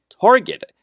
target